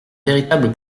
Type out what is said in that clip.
véritable